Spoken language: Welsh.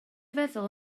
feddwl